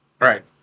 Right